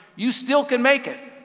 you still can make it.